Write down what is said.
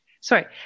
sorry